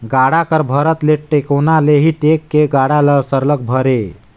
गाड़ा कर भरत ले टेकोना ले ही टेक के गाड़ा ल सरलग भरे